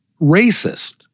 racist